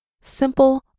simple